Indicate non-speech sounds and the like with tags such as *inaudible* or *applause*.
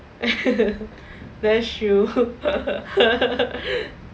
*laughs* that is true *laughs*